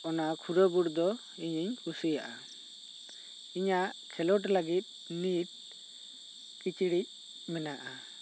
ᱚᱱᱟ ᱠᱷᱩᱨᱟ ᱵᱩᱴ ᱫᱚ ᱤᱧᱤᱧ ᱠᱩᱥᱤᱭᱟᱜᱼᱟ ᱤᱧᱟᱹᱜ ᱠᱷᱮᱞᱳᱰ ᱞᱟᱹᱜᱤᱫ ᱱᱤᱛ ᱠᱤᱪᱲᱤᱡ ᱢᱮᱱᱟᱜᱼᱟ